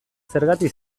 zergatik